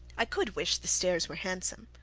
i could wish the stairs were handsome.